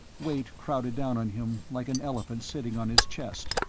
weight crowded down on him like an elephant sitting on his chest,